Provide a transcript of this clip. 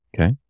Okay